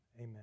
amen